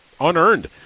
unearned